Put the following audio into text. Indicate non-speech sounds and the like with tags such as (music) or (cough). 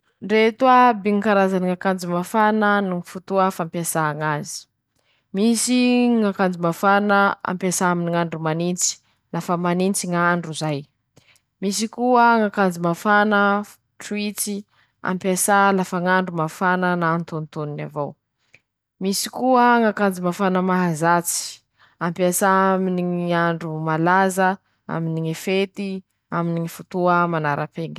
Ñy fomba fiasany ñy masiny (shushes) fandisana sakafo moa ajà reo: -Ñ'asany mandisa zay, ze raha ho lisaninao iaby andesinao añy, ndra tsako, ndra vary io, ndra balahazo o, ndra kob'eo, andesinao añy fa i ro mañodiky azy ho avy aminy ñy raha ialanao o.